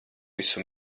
visu